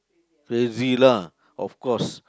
crazy lah of course